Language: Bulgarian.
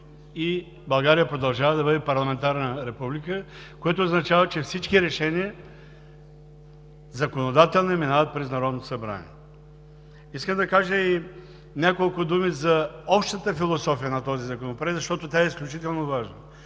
и България продължава да бъде парламентарна република, което означава, че всички законодателни решения минават през Народното събрание. Искам да кажа и няколко думи за общата философия на този законопроект, защото тя е изключително важна.